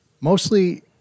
mostly